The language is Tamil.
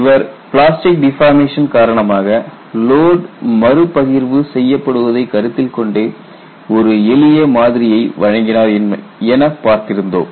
இவர் பிளாஸ்டிக் டிபாமேஷன் காரணமாக லோடு மறு பகிர்வு செய்யப்படுவதை கருத்தில் கொண்டு ஒரு எளிய மாதிரியை வழங்கினார் என பார்த்திருந்தோம்